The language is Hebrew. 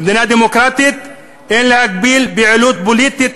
במדינה דמוקרטית אין להגביל פעילות פוליטית,